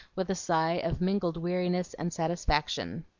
with a sigh of mingled weariness and satisfaction.